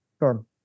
Sure